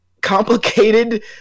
complicated